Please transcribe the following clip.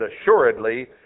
assuredly